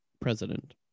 President